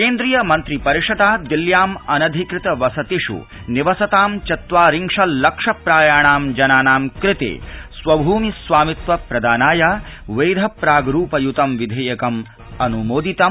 केन्द्रीयमन्त्रिपरिषद् दिल्ल्यां अनिधिकृतवसतिषु निवसताम् चत्वारिंशल्लक्षप्रायाणाम् जनानाम् कृते स्वभूमिस्वामित्वप्रदानाय वैधप्राग्र्पय्त विधेयक अन्मोदितम्